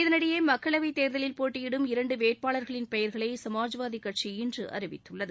இதனிடையே மக்களவை தேர்தலில் போட்டியிடும் இரண்டு வேட்பாளர்களின் பெயர்களை சமாஜ்வாதி கட்சி இன்று அறிவித்துள்ளது